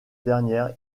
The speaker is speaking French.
dernière